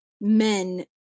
men